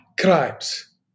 crimes